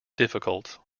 difficult